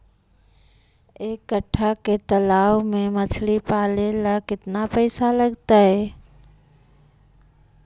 एक कट्ठा के तालाब में मछली पाले ल केतना पैसा लगतै?